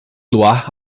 luar